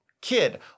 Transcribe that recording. kid